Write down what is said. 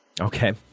okay